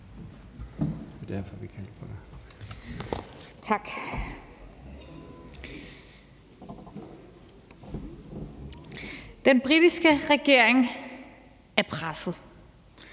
Den britiske regering er presset.